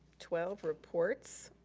twelve, reports.